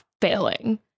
failing